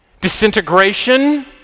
Disintegration